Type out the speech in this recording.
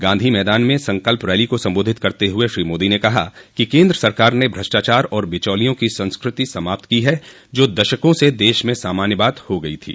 गांधी मैदान में संकल्प रली को सम्बोधित करते हुए श्री मोदी ने कहा कि केन्द्र सरकार ने भ्रष्टाचार और बिचौलियों की संस्कृति समाप्त की है जो दशकों से देश में सामान्य बात हो गई थी